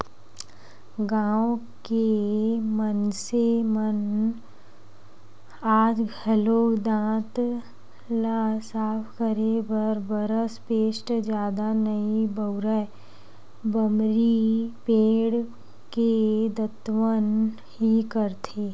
गाँव के मनसे मन आज घलोक दांत ल साफ करे बर बरस पेस्ट जादा नइ बउरय बमरी पेड़ के दतवन ही करथे